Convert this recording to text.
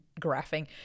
graphing